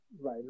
right